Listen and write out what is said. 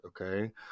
okay